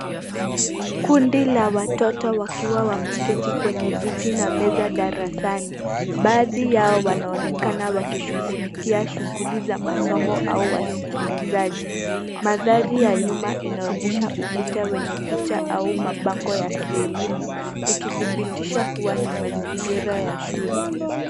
Kundi la watoto wakiwa wameketi kwenye viti na meza darasani. Baadhi yao wanaonekana wakishughulikia shughuli za masomo au wasikilizaji. Mandhari ya nyuma inaonyesha ukuta wenye picha au mabango ya kielimu, ikidhibitisha kuwa ni mazingira ya shule.